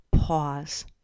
pause